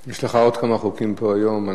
יש לך עוד כמה חוקים פה היום.